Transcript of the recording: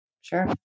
Sure